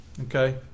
Okay